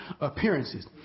appearances